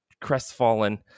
crestfallen